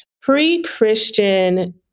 pre-Christian